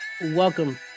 Welcome